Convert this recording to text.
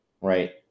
right